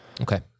Okay